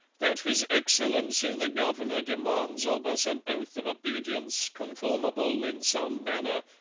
that his excellency the governor demands of us an oath of obedience conformable, in some manner,